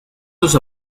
los